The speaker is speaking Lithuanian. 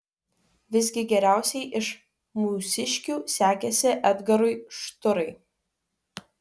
visgi geriausiai iš mūsiškių sekėsi edgarui šturai